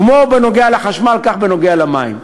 כמו בנוגע לחשמל כך בנוגע למים.